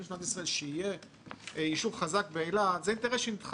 של עם ישראל שיהיה ישוב חזק באילת הם אינטרסים שנדחו